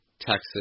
Texas